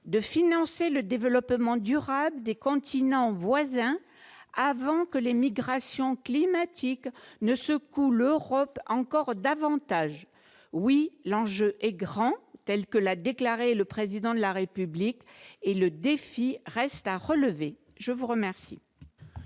de financer le développement durable des continents voisins avant que les migrations climatiques ne secouent l'Europe encore davantage, oui, l'enjeu est grand, telle que l'a déclaré le président de la République et le défi reste à relever, je vous remercie.